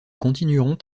continueront